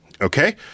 Okay